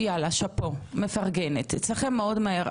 יאללה, שפו, מפרגנת, אצלכם עונים מהר.